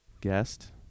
guest